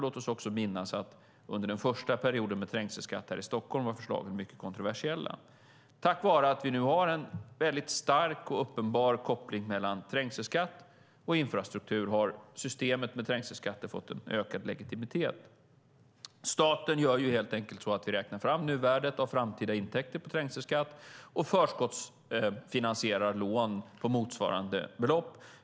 Låt oss också minnas att under den första perioden med trängselskatt här i Stockholm var förslagen mycket kontroversiella. Tack vare att vi nu har en mycket stark och uppenbar koppling mellan trängselskatt och infrastruktur har systemet med trängselskatter fått en ökad legitimitet. Staten gör helt enkelt så att den räknar fram nuvärdet av framtida intäkter på trängselskatt och förskottsfinansierar lån på motsvarande belopp.